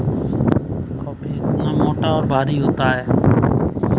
cardstock copy paper की तुलना में मोटा और भारी होता है